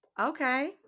Okay